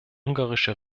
ungarische